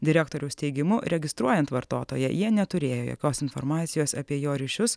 direktoriaus teigimu registruojant vartotoją jie neturėjo jokios informacijos apie jo ryšius